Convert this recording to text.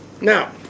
Now